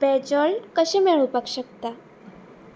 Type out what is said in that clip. PayJolt कशें मेळोवपाक शकता